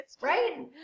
right